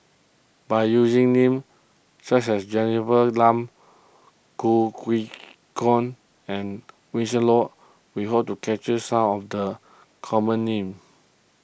by using names such as Jennifer Khoo and Winston we hope to capture some of the common names